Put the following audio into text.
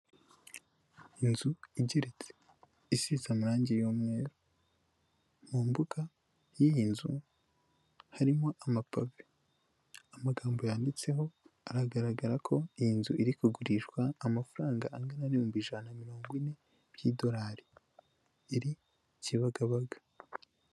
Inzu igeretse isize amarangi y'umweru, mu mbuga y'iyi nzu harimo amapave, amagambo yanditseho aragaragaza ko iyi nzu iri kugurishwa amafaranga angana n'ibihumbi ijana na mirongo ine by'idorari, iri Kibagabaga.